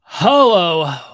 Hello